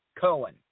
Cohen